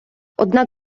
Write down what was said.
однак